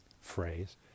phrase